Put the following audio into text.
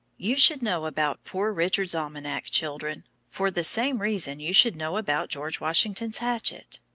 you should know about poor richard's almanac, children, for the same reason you should know about george washington's hatchet.